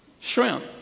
Shrimp